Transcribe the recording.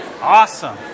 Awesome